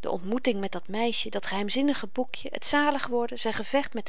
de ontmoeting met dat meisje dat geheimzinnige boekje t zaligworden zyn gevecht met